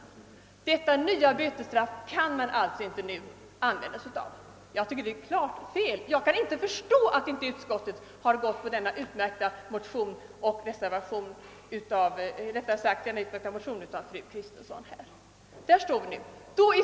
Detta nya bötesstraff kan man alltså inte nu använda. Jag tycker att det är oriktigt, och jag kan inte förstå att utskottet inte har tillstyrkt fru Kristenssons utmärkta motion.